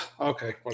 Okay